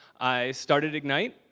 i started ignite.